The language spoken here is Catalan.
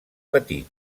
petit